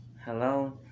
hello